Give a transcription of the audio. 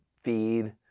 feed